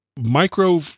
micro